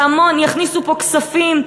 והמון יכניסו פה כספים,